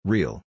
Real